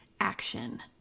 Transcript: action